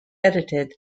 edited